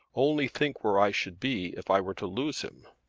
only think where i should be if i were to lose him!